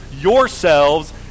yourselves